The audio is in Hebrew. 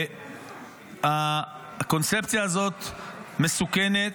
הקונספציה הזאת מסוכנת.